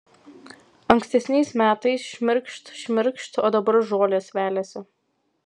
ankstesniais metais šmirkšt šmirkšt o dabar žolės veliasi